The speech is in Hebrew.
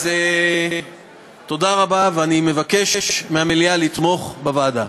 אז תודה רבה, ואני מבקש מהמליאה לתמוך בוועדה.